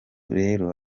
rero